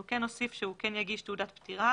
אנחנו כן נוסיף שהוא כן יגיש תעודת פטירה